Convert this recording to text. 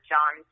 John